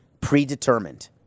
predetermined